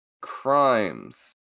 crimes